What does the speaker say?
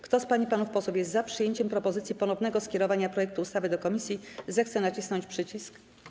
Kto z pań i panów posłów jest za przyjęciem propozycji ponownego skierowania projektu ustawy do komisji, zechce nacisnąć przycisk.